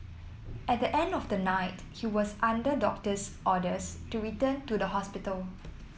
at the end of the night he was under doctor's orders to return to the hospital